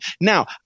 Now